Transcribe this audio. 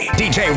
dj